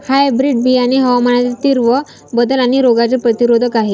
hybrid बियाणे हवामानातील तीव्र बदल आणि रोगांचे प्रतिरोधक आहे